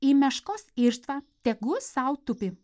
į meškos irštvą tegu sau tupi